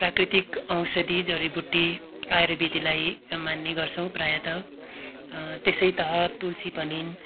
प्राकृतिक औषधी जरीबुट्टी आयुर्वेदीलाई मान्ने गर्छौँ प्रायः त त्यसै त तुलसी पनि